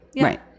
Right